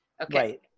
okay